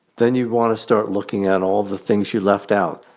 then you'd want to start looking at all the things you left out.